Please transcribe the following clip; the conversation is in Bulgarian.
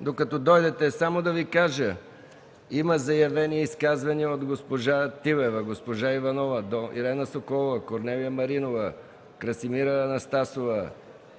Докато дойдете само да Ви кажа: има заявени изказвания от госпожа Тилева, госпожа Иванова, Ирена Соколова, Корнелия Маринова, Красимира Анастасова,